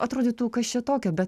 atrodytų kas čia tokio bet